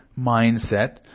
mindset